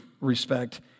respect